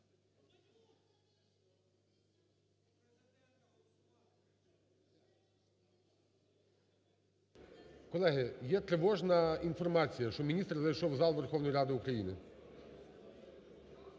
Колеги, є тривожна інформація, що міністр зайшов в зал Верховної Ради України.